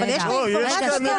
נציג בתי המלאכה.